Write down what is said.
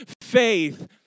Faith